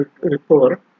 report